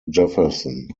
jefferson